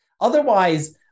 Otherwise